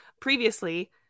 previously